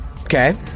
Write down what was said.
Okay